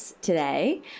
Today